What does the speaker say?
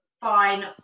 fine